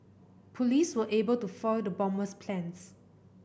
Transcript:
police were able to foil the bomber's plans